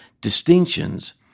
distinctions